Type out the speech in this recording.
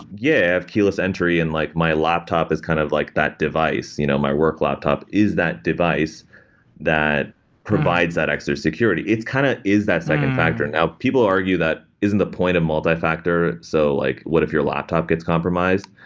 yeah. i have keyless entry and like my laptop is kind of like that device. you know my work laptop is that device that provides that extra security. it's kind of is that second factor. now, people argue that, isn't that point of multifactor. so like what if you're laptop gets compromised?